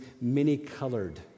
many-colored